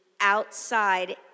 outside